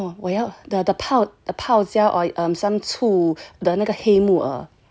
I was like oh 我要泡椒醋 uh some err 那个黑木耳